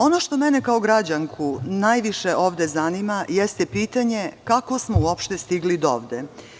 Ono što mene kao građanku ovde najviše zanima jeste pitanje – kako smo uopšte stigli do ovde?